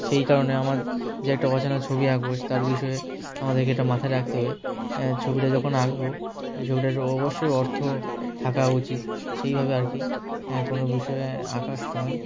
সেই কারণে আমার যে একটা অচেনা ছবি আঁকবো তার বিষয়ে আমাদেরকে একটা মাথায় রাখতে হবে অ্যাঁ ছবিটা যখন আঁকব এই ছবিটার অবশ্যই অর্থ থাকা উচিত সেইভাবে আর কি হ্যাঁ কোনো বিষয়ে আঁকার সময়